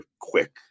quick